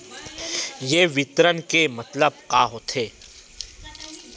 ये विवरण के मतलब का होथे?